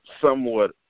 somewhat